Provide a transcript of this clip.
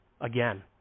again